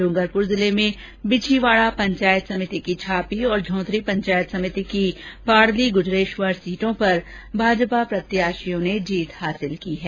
डूंगरपुर जिले में बिडीवाडा पंचायत समिति की छापी और झोथरी पंचायत समिति की पाडली गूजरेश्वर सीटों पर भाजपा प्रत्याशियों ने जीत दर्ज की है